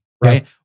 right